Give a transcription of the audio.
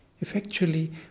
effectually